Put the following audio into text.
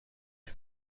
lui